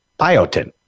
biotin